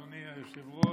אדוני היושב-ראש.